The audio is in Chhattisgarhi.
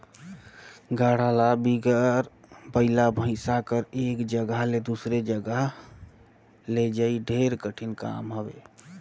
गाड़ा ल बिगर बइला भइसा कर एक जगहा ले दूसर जगहा लइजई ढेरे कठिन काम हवे